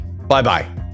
Bye-bye